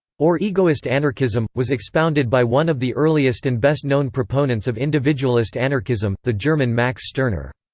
or egoist anarchism, was expounded by one of the earliest and best-known proponents of individualist anarchism, the german max stirner.